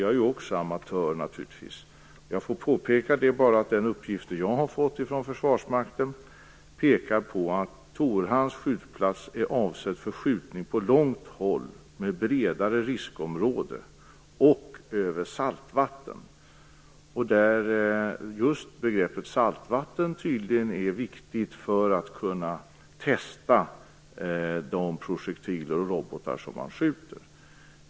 Jag får bara påpeka att de uppgifter som jag har fått från Försvarsmakten anger att Torhamns skjutplats är avsedd för skjutning på långt håll med bredare riskområde och över saltvatten. Just förekomsten av saltvatten är tydligen viktig för testningen av de projektiler och roboter som avskjuts.